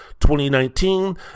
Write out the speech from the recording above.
2019